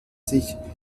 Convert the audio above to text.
sich